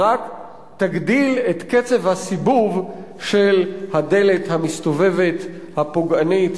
היא רק תגדיל את קצב הסיבוב של הדלת המסתובבת הפוגענית